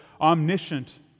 omniscient